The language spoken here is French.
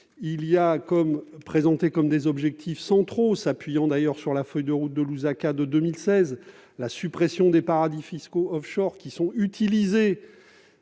de ce document, l'un des objectifs centraux, s'appuyant d'ailleurs sur la feuille de route de Lusaka de 2016, est la suppression des paradis fiscaux offshore qui sont utilisés